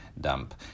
dump